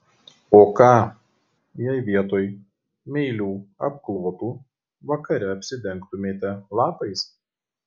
o ką jei vietoj meilių apklotų vakare apsidengtumėte lapais